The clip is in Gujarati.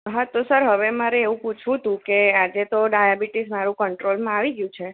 હા તો સર હવે મારે એવું પૂછવું તું કે આજે તો ડાયાબિટીસ મારૂ કંટ્રોલમાં આવી ગયું છે